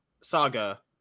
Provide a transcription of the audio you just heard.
saga